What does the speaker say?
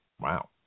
Wow